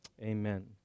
Amen